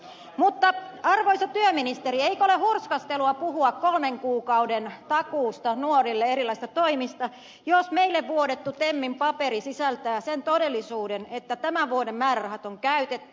arvoisa työministeri eikö ole hurskastelua puhua kolmen kuukauden takuusta nuorille erilaisista toimista jos meille vuodettu temmin paperi sisältää sen todellisuuden että tämän vuoden määrärahat on käytetty